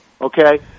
okay